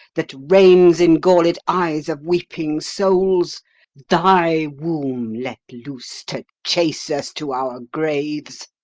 that reigns in galled eyes of weeping souls thy womb let loose to chase us to our graves